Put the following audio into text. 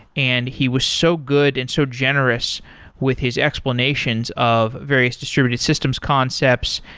and he was so good and so generous with his explanations of various distributed systems concepts,